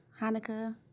hanukkah